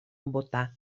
bota